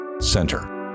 center